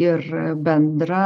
ir bendra